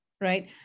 right